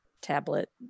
tablet